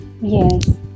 Yes